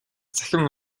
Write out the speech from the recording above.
цахим